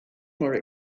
more